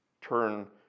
turn